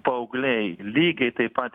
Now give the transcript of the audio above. paaugliai lygiai taip pat